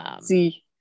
See